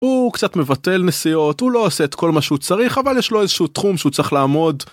הוא... קצת מבטל נסיעות, הוא לא עושה את כל מה שהוא צריך, אבל יש לו איזה שהוא תחום שהוא צריך לעמוד,